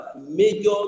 major